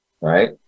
Right